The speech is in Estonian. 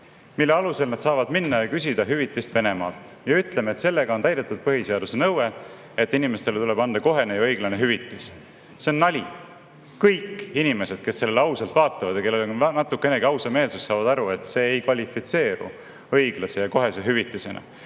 mille alusel nad saavad minna ja küsida hüvitist Venemaalt, ja ütleme, et sellega on täidetud põhiseaduse nõue, et inimestele tuleb anda kohene ja õiglane hüvitis. See on nali! Kõik inimesed, kes seda ausalt vaatavad ja kellel on natukenegi ausameelsust, saavad aru, et see ei kvalifitseeru õiglase ja kohese hüvitisena.